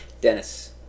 Dennis